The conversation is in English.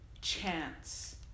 Chance